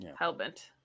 Hellbent